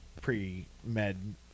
pre-med